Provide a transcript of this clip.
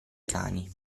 cani